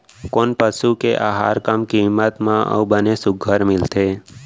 कोन पसु के आहार कम किम्मत म अऊ बने सुघ्घर मिलथे?